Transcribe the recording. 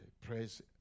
Praise